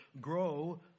grow